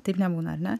taip nebūna ar ne